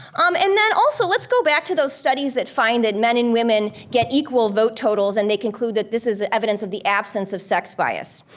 um and then also, let's go back to those studies that find that men and women get equal vote totals and they conclude that this is evidence of the absence of sex bias.